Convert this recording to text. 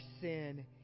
sin